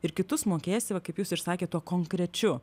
ir kitus mokėsi va kaip jūs ir sakėt tuo konkrečiu